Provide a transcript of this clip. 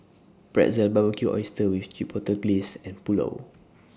Pretzel Barbecued Oysters with Chipotle Glaze and Pulao